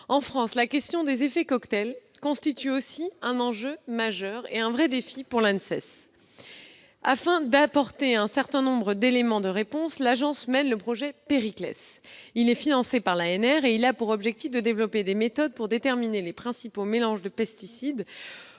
En France, la question des effets cocktails constitue aussi un enjeu majeur et un vrai défi pour l'ANSES. Afin d'apporter un certain nombre d'éléments de réponse, l'Agence mène le projet PERICLES : financé par l'Agence nationale de la recherche, celui-ci a pour objectif de développer des méthodes pour déterminer les principaux mélanges de pesticides